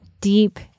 deep